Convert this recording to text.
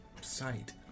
sight